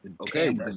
Okay